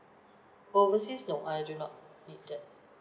overseas no I do not need that